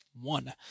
One